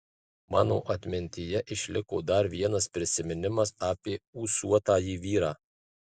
mano atmintyje išliko dar vienas prisiminimas apie ūsuotąjį vyrą